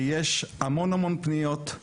כי יש המון המון פניות.